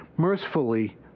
Mercifully